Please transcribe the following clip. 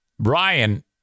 Brian